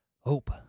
hope